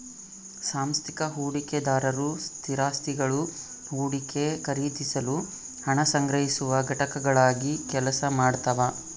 ಸಾಂಸ್ಥಿಕ ಹೂಡಿಕೆದಾರರು ಸ್ಥಿರಾಸ್ತಿಗುಳು ಹೂಡಿಕೆ ಖರೀದಿಸಲು ಹಣ ಸಂಗ್ರಹಿಸುವ ಘಟಕಗಳಾಗಿ ಕೆಲಸ ಮಾಡ್ತವ